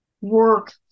work